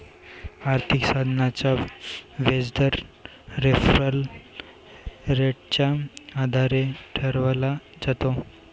आर्थिक साधनाचा व्याजदर रेफरल रेटच्या आधारे ठरवला जातो